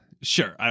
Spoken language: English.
sure